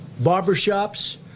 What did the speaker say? barbershops